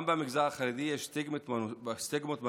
גם במגזר החרדי יש סטיגמות בנושא,